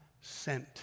sent